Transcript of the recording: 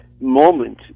moment